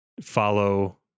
follow